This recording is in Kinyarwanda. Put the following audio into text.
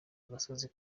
agasozi